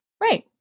Right